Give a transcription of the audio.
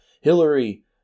Hillary